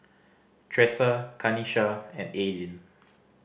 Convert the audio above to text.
Tresa Kanisha and Aylin